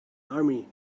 army